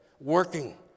working